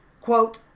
Quote